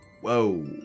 Whoa